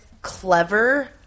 clever